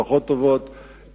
פחות טובות,